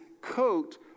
coat